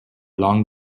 long